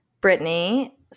Brittany